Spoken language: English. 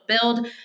build